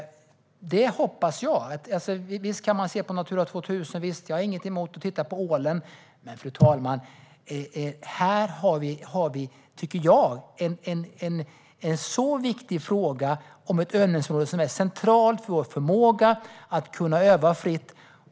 Det hoppas jag. Visst kan man titta på Natura 2000 och på ålen. Jag har inget emot det. Men här har vi, tycker jag, en viktig fråga om ett övningsområde som är centralt för vår förmåga att öva fritt.